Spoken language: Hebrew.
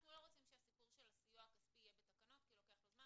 אנחנו לא רוצים שהסיפור של הסיוע הכספי יהיה בתקנות כי לוקח לו זמן,